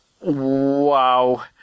Wow